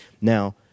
Now